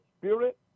spirit